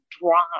drive